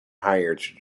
hired